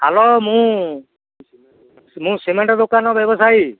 hello ମୁଁ ମୁଁ cement ଦୋକାନ ବ୍ୟବସାୟୀ